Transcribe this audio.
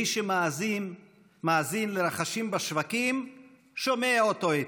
מי שמאזין לרחשים בשווקים שומע אותו היטב.